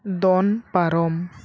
ᱫᱚᱱ ᱯᱟᱨᱚᱢ